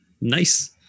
nice